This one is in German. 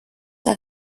der